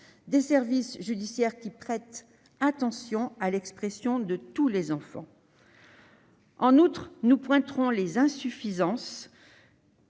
des services judiciaires qui prêtent attention à l'expression de tous les enfants. En outre, nous pointerons les insuffisances